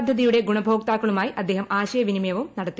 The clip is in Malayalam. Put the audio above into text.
പദ്ധതിയുടെ ഗുണഭോക്താക്കളുമായി അദ്ദേഹം ആശയവിനിമവും നടത്തി